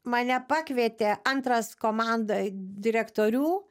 mane pakvietė antras komandoj direktorių